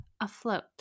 afloat